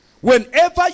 Whenever